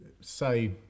say